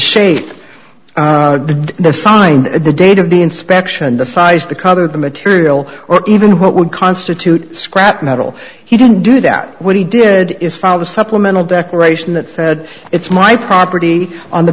shape of the sign the date of the inspection the size the color the material or even what would constitute scrap metal he didn't do that what he did is file the supplemental declaration that said it's my property on the